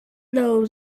know